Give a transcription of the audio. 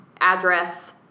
address